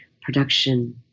production